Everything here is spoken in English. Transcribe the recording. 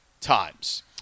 times